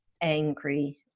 angry